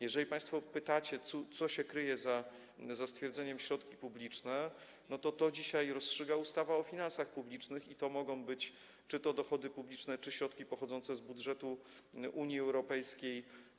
Jeżeli państwo pytacie, co się kryje za stwierdzeniem: środki publiczne, to dzisiaj rozstrzyga to ustawa o finansach publicznych i to mogą być czy dochody publiczne, czy środki pochodzące z budżetu Unii Europejskiej.